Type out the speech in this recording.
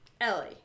Ellie